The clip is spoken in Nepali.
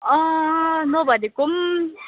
नभनेको